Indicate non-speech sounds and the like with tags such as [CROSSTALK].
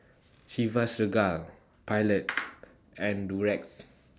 Chivas Regal Pilot [NOISE] and Durex